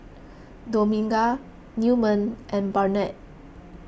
Dominga Newman and Barnett